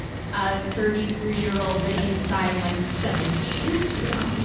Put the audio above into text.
a thirty three year old but inside i'm like seventeen. yeah.